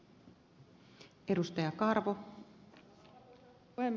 arvoisa puhemies